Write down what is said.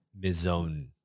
Mizone